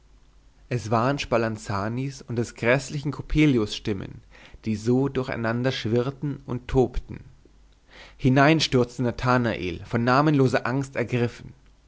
es waren spalanzanis und des gräßlichen coppelius stimmen die so durcheinander schwirrten und tobten hinein stürzte nathanael von namenloser angst ergriffen